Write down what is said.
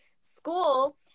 school